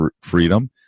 freedom